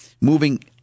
moving